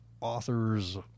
authors